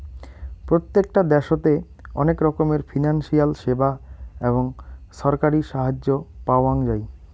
প্রত্যেকটা দ্যাশোতে অনেক রকমের ফিনান্সিয়াল সেবা এবং ছরকারি সাহায্য পাওয়াঙ যাই